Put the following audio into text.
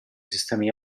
sistemi